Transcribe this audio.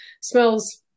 smells